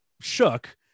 shook